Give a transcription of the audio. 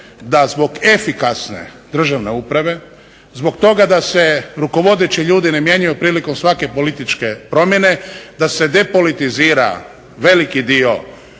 da zbog efikasne državne uprave zbog toga da se rukovodeći ljudi ne mijenjaju prilikom svake političke promjene, da se depolitizira veliki dio